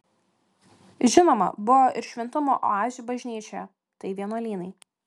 žinoma buvo ir šventumo oazių bažnyčioje tai vienuolynai